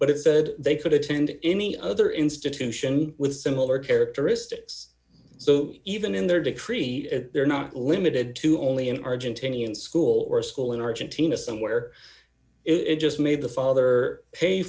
but it said d they could attend any other institution with similar characteristics so even in their decree they're not limited to only an argentinian school or a school in argentina somewhere it just made the father pay